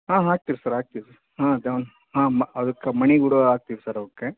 ಹಾಂ ಹಾಕ್ತೀವಿ ಸರ್ ಹಾಕ್ತೀವಿ ಹಾಂ ಅದು ಹಾಂ ಮ ಅದಕ್ಕ ಮಣಿ ಕೂಡ ಹಾಕ್ತೀವಿ ಸರ್ ಅವಕ್ಕೆ